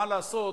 מה לעשות,